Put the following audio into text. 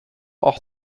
auch